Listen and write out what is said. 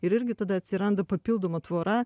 ir irgi tada atsiranda papildoma tvora